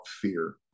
fear